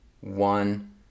one